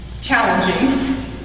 challenging